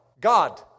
God